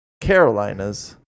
Carolinas